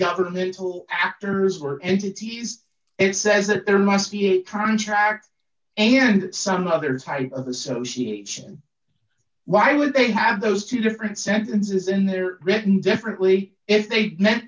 governmental actors or entities it says that there must be a contract and some other type of association why would they have those two different sentences in their written differently if they meant